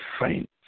faint